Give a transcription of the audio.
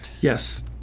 Yes